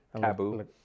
Taboo